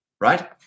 right